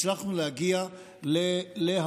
הצלחנו להגיע להבנות,